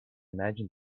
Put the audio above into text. imagine